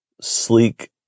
sleek